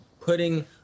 putting